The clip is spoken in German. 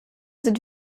sind